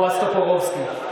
אתה רוצה לצאת?